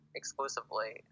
exclusively